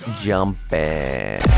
jumping